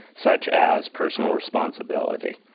such as personal responsibility.